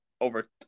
over